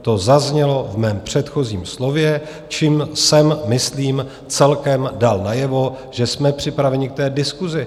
To zaznělo v mém předchozím slově, čímž jsem myslím celkem dal najevo, že jsme připraveni k diskusi.